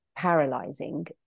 paralyzing